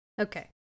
Okay